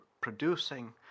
producing